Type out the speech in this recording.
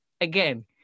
again